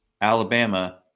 Alabama